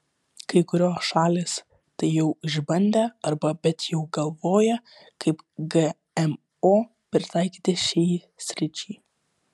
kai kurios šalys tai jau išbandė arba bet jau galvoja kaip gmo pritaikyti šiai sričiai